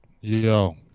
Yo